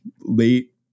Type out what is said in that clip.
late